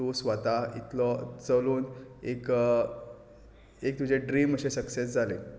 तूं स्वता इतलो चलून एक तुजें ड्रिम अशें सक्सेस जालें